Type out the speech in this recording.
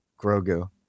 grogu